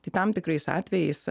tai tam tikrais atvejais